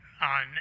on